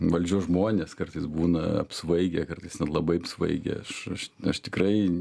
valdžios žmonės kartais būna apsvaigę kartais net labai apsvaigę aš aš aš tikrai